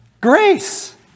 grace